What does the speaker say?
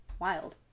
Wild